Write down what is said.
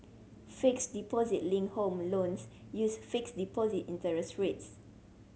fixed deposit linked home loans use fixed deposit interest rates